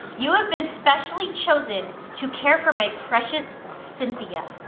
you have been specially chosen to care for my precious cynthia.